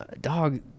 Dog